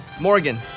Morgan